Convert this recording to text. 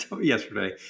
yesterday